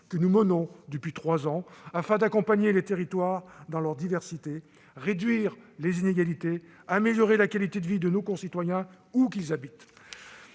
nous nous sommes fixés depuis trois ans, afin d'accompagner les territoires dans leur diversité, réduire les inégalités, améliorer la qualité de vie de nos concitoyens où qu'ils habitent.